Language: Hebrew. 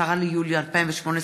10 ביולי 2018,